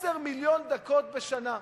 10 מיליון דקות בשנה.